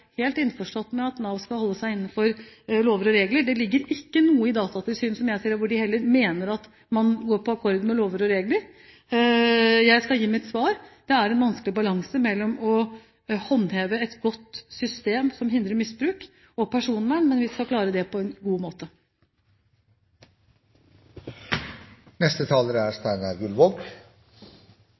helt innforstått med at Nav skal holde seg innenfor lover og regler. Det foreligger ikke noe i Datatilsynets rapport, som jeg ser, som tilsier at Nav går på akkord med lover og regler. Jeg skal gi mitt svar. Det er en vanskelig balanse mellom å håndheve et godt system som hindrer misbruk, og personvern, men vi skal klare det på en god måte. Riksrevisjonens gjennomgang av ressursutnyttelsen i Nav er